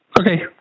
Okay